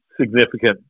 significant